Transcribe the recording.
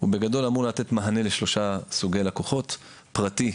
הוא בגדול אמור לתת מענה לשלושה סוגי לקוחות: פרטי,